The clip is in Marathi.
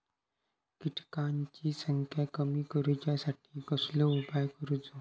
किटकांची संख्या कमी करुच्यासाठी कसलो उपाय करूचो?